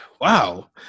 wow